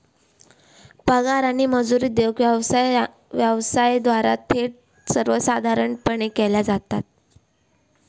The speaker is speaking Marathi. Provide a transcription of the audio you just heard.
पगार आणि मजुरी देऊक व्यवसायांद्वारा थेट ठेवी सर्वसाधारणपणे केल्या जातत